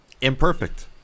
Imperfect